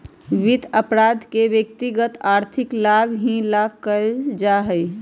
वित्त अपराध के व्यक्तिगत आर्थिक लाभ ही ला कइल जा हई